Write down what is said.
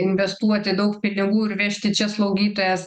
investuoti daug pinigų ir vežti čia slaugytojas